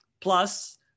plus